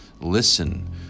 listen